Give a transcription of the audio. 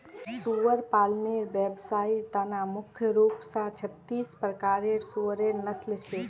सुअर पालनेर व्यवसायर त न मुख्य रूप स छत्तीस प्रकारेर सुअरेर नस्ल छेक